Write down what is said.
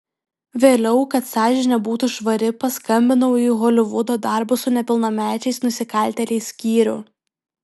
vėliau kad sąžinė būtų švari paskambinau į holivudo darbo su nepilnamečiais nusikaltėliais skyrių